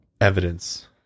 evidence